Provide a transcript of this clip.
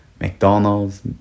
McDonald's